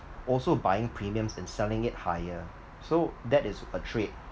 also buying premiums and selling it higher so that is a trade